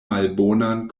malbonan